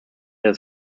his